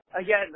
Again